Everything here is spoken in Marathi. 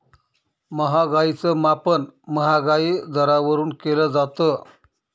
महागाईच मापन महागाई दरावरून केलं जातं